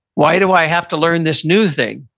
why do i have to learn this new thing?